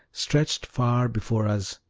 stretched far before us,